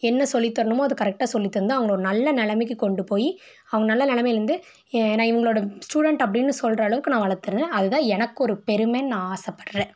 என்ன சொல்லித் தரணுமோ அது கரெக்டாக சொல்லித் தந்து அவங்கள ஒரு நல்ல நிலமைக்கு கொண்டு போய் அவங்க நல்ல நிலமையிலேருந்து நான் இவங்களோட ஸ்டூடண்ட் அப்படின்னு சொல்கிற அளவுக்கு நான் வளத்துடுவேன் அதுதான் எனக்கொரு பெருமைன்னு நான் ஆசைப்பட்றேன்